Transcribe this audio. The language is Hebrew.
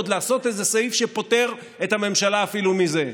ועוד לעשות איזה סעיף שפוטר את הממשלה אפילו מזה.